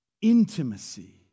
intimacy